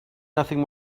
nothing